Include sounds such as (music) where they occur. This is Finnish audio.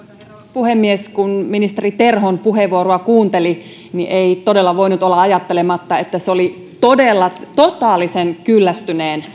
puhemies kun ministeri terhon puheenvuoroa kuunteli niin ei todella voinut olla ajattelematta että se oli totaalisen kyllästyneen (unintelligible)